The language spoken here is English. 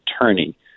attorney